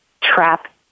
Trap